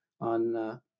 on